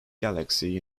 galaxy